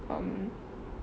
um